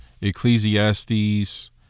Ecclesiastes